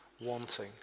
wanting